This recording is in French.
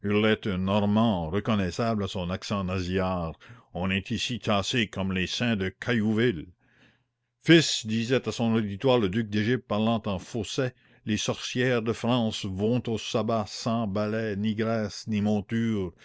normand reconnaissable à son accent nasillard on est ici tassé comme les saints de caillouville fils disait à son auditoire le duc d'égypte parlant en fausset les sorcières de france vont au sabbat sans balai ni graisse ni monture